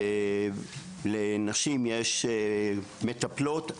לנשים יש מטפלות,